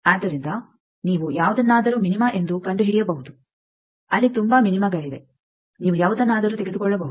ಆದ್ದರಿಂದ ನೀವು ಯಾವುದನ್ನಾದರೂ ಮಿನಿಮ ಎಂದು ಕಂಡುಹಿಡಿಯಬಹುದು ಅಲ್ಲಿ ತುಂಬಾ ಮಿನಿಮಗಳಿವೆ ನೀವು ಯಾವುದನ್ನಾದರೂ ತೆಗೆದುಕೊಳ್ಳಬಹುದು